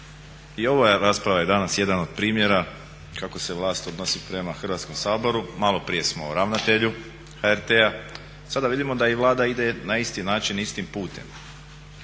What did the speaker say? i ova rasprava je danas jedan od primjera kako se vlast odnosi prema Hrvatskom saboru, maloprije smo o ravnatelju HRT-a, sada vidimo da Vlada ide na isti način, istim putem.